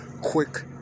quick